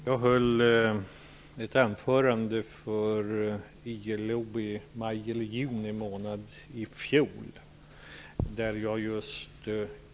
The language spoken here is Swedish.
Fru talman! Jag höll ett anförande för ILO i maj eller juni månad i fjol.